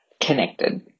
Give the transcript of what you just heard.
connected